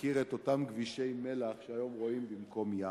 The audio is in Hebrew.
מכיר את אותם גבישי מלח שהיום רואים במקום ים.